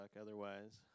otherwise